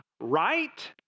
Right